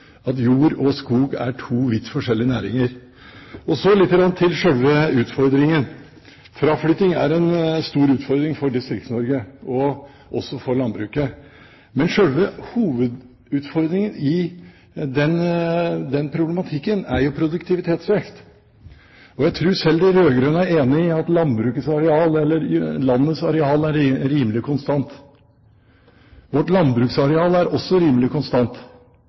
at jord og skog er to vidt forskjellige næringer. Og så litt til selve utfordringen. Fraflytting er en stor utfordring for Distrikts-Norge, også for landbruket. Men selve hovedutfordringen i den problematikken er jo produktivitetsvekst. Jeg tror at selv de rød-grønne er enige i at landets areal er rimelig konstant. Vårt landbruksareal er også rimelig konstant.